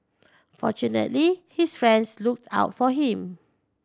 fortunately his friends looked out for him